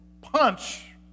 punch